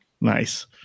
Nice